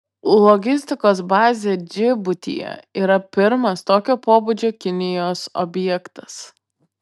logistikos bazė džibutyje yra pirmas tokio pobūdžio kinijos objektas